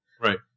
Right